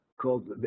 called